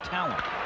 Talent